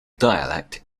dialect